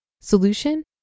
Solution